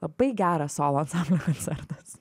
labai geras solo ansamblio koncertas